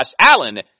Allen